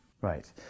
Right